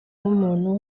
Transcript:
nk’umuntu